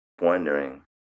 wondering